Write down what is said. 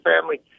family